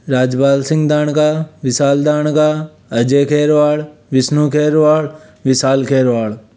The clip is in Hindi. राजबाल सिंह दार्णका विशाल दार्णका अजय खेरवाड़ विष्णु खेरवाड़ विशाल खेरवाड़